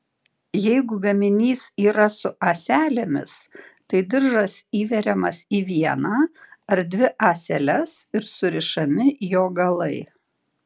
jeigu gaminys yra su ąselėmis tai diržas įveriamas į vieną ar dvi ąseles ir surišami jo galai